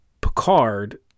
Picard